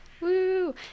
Woo